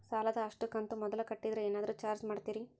ಸಾಲದ ಅಷ್ಟು ಕಂತು ಮೊದಲ ಕಟ್ಟಿದ್ರ ಏನಾದರೂ ಏನರ ಚಾರ್ಜ್ ಮಾಡುತ್ತೇರಿ?